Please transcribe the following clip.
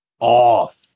Off